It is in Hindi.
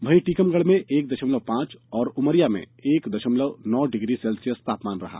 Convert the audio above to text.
वहीं टीकमगढ में एक दशमलव पांच और उमरिया में एक दशमलव नौ डिग्री सेल्सियस तापमान रहा